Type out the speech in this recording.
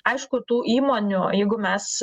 aišku tų įmonių jeigu mes